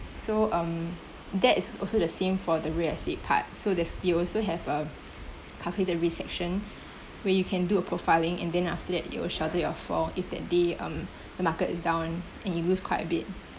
so um that is also the same for the real estate part so there's you also have uh calculated risk section where you can do a profiling and then after that it will shelter your fall if that day um the market is down and you lose quite a bit